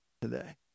today